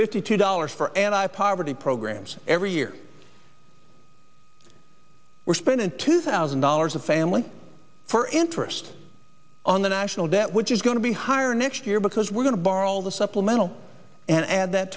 fifty two dollars for and i poverty programs every year were spent in two thousand dollars a family for interest on the national debt which is going to be higher next year because we're going to borrow all the supplemental and add that